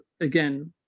again